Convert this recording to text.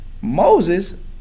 Moses